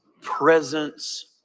presence